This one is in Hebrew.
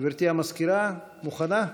גברתי המזכירה, את מוכנה?